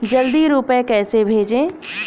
जल्दी रूपए कैसे भेजें?